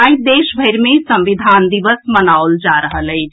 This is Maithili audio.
आई देशभरि मे संविधान दिवस मनाओल जा रहल अछि